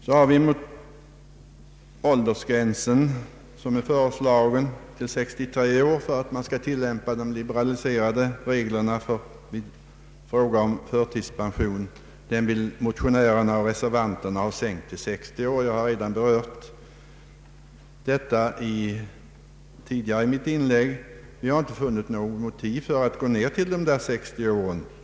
Den i propositionen föreslagna åldersgränsen 63 år för att man skall kunna tillämpa de liberaliserade reglerna i fråga om förtidspension vill motionärerna och reservanterna i reservation 2 ha sänkt till 60 år. Jag har som jag redan inledningsvis framhållit inte funnit något motiv för en sänkning av åldersgränsen till 60 år.